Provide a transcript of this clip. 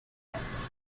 minions